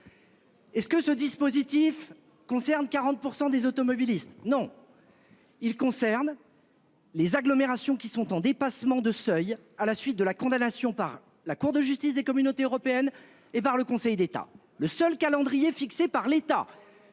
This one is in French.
Est ce que ce dispositif concerne 40% des automobilistes non. Il concerne. Les agglomérations qui sont en dépassement de seuil à la suite de la condamnation par la Cour de justice des Communautés européennes et par le Conseil d'État le seul calendrier fixé par l'État.